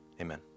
Amen